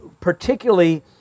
particularly